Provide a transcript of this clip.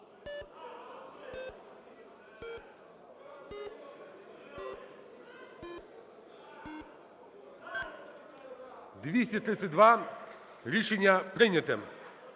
232. Рішення прийняте.